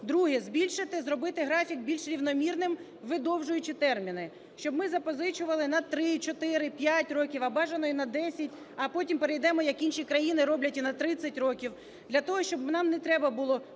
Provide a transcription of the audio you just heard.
Друге. Збільшити, зробити графік більш рівномірним, видовжуючи терміни, щоб ми запозичували на 3, 4, 5 років, а бажано й на 10, а потім перейдемо, як інші країни роблять, і на 30 років. Для того, щоб нам не треба було